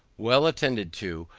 well attended to,